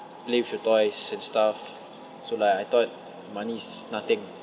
play with your toys and stuff so like I thought money is nothing